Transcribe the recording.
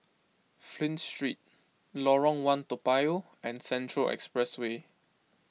Flint Street Lorong one Toa Payoh and Central Expressway